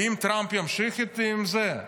האם טראמפ ימשיך עם זה?